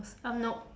um nope